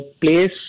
place